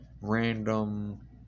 random